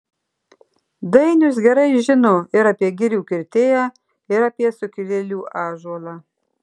dainius gerai žino ir apie girių kirtėją ir apie sukilėlių ąžuolą